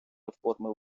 реформи